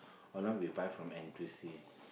or not we buy from N_T_U_C